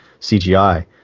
CGI